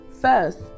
First